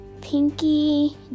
Pinky